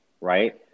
right